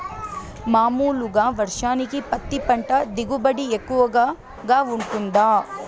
మామూలుగా వర్షానికి పత్తి పంట దిగుబడి ఎక్కువగా గా వుంటుందా?